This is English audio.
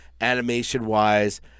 animation-wise